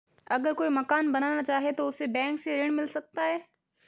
अगर कोई मकान बनाना चाहे तो उसे बैंक से ऋण मिल सकता है?